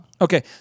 Okay